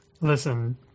Listen